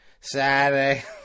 Saturday